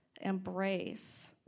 embrace